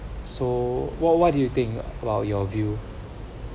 so what what do you think about your view